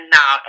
now